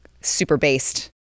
super-based